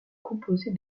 composé